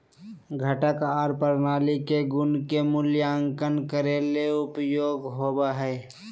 घटक आर प्रणाली के गुण के मूल्यांकन करे ले उपयोग होवई हई